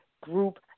group